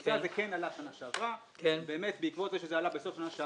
הנושא הזה עלה בשנה שעברה ובעקבות זה החברה